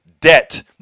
debt